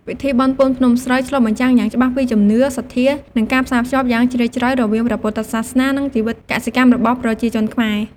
ពិធីបុណ្យពូនភ្នំស្រូវ ឆ្លុះបញ្ចាំងយ៉ាងច្បាស់ពីជំនឿ សទ្ធា និងការផ្សារភ្ជាប់យ៉ាងជ្រាលជ្រៅរវាងព្រះពុទ្ធសាសនា និងជីវិតកសិកម្មរបស់ប្រជាជនខ្មែរ។